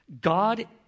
God